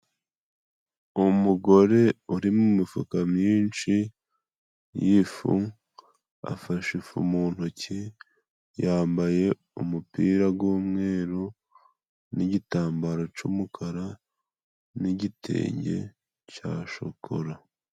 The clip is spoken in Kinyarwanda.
Umugore urimumifuka myinshi yifu afashe ifu mu ntoki yambaye umupira g'umweru nigitambaro cy'umukara nigitenge cya shokora.